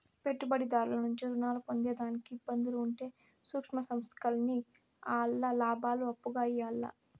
పెట్టుబడిదారుల నుంచి రుణాలు పొందేదానికి ఇబ్బందులు ఉంటే సూక్ష్మ సంస్థల్కి ఆల్ల లాబాలు అప్పుగా ఇయ్యాల్ల